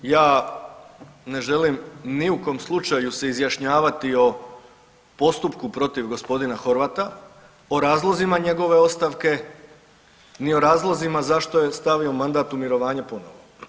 Prvo, ja ne želim ni u kom slučaju se izjašnjavati o postupku protiv gospodina Horvata, o razlozima njegove ostavke ni o razlozima zašto je stavio mandat u mirovanje ponovo.